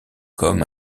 comme